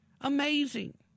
amazing